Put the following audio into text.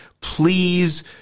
please